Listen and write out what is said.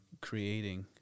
creating